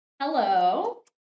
Hello